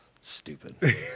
stupid